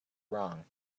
wrong